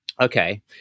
Okay